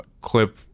clip